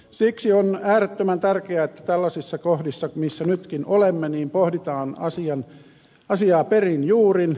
siksi on äärettömän tärkeää että tällaisissa kohdissa missä nytkin olemme pohditaan asiaa perin juurin